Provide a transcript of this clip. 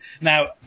Now